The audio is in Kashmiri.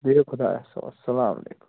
نیرِو خۄدایَس حوالہٕ اسلام علیکُم